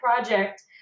project